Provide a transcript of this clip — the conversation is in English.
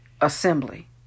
assembly